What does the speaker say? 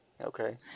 Okay